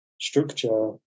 structure